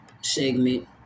segment